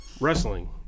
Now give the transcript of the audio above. wrestling